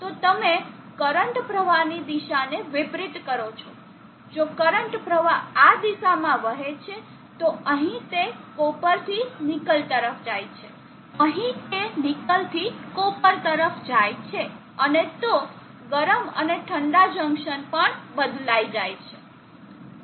જો તમે કરંટ પ્રવાહની દિશાને વિપરીત કરો છો જો કરંટ પ્રવાહ આ દિશામાં વહે છે તો અહીં તે કોપરથી નિકલ તરફ જાય છે અહીં તે નિકલ થી કોપર તરફ જાય છે અને તો ગરમ અને ઠંડા જંકશન પણ બદલાઈ જાય છે